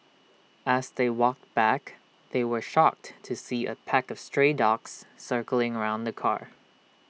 as they walked back they were shocked to see A pack of stray dogs circling around the car